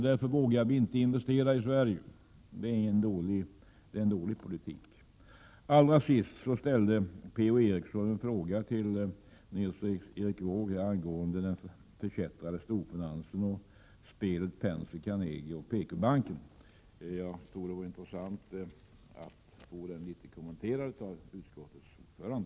Det är en dålig politik som lett dithän. Per-Ola Eriksson ställde en fråga till Nils Erik Wååg angående den förkättrade storfinansen och om spelet Penser, Carnegie och PK-banken. Jag tycker att det skulle vara intressant att få en kommentar till den frågan av utskottets ordförande.